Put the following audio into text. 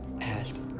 asked